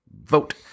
Vote